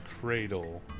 cradle